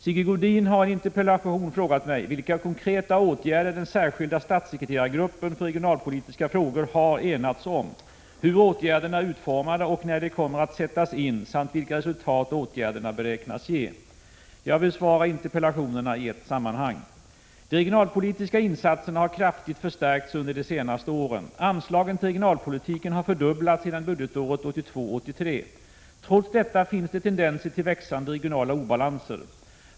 Sigge Godin har i en interpellation frågat mig vilka konkreta åtgärder den särskilda statssekreterargruppen för regionalpolitiska frågor har enats om, hur åtgärderna är utformade och när de kommer att sättas in samt vilka resultat åtgärderna beräknas ge. Jag besvarar interpellationerna i ett sammanhang. De regionalpolitiska insatserna har kraftigt förstärkts under de senaste åren. Anslagen till regionalpolitiken har fördubblats sedan budgetåret 1982/83. Trots detta finns det tendenser till växande regionala obalanser.